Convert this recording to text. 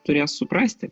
turės suprasti